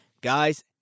Guys